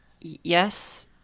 Yes